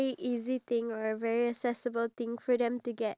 iya it's called fluctuations